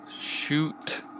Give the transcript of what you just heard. shoot